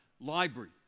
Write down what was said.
library